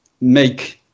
make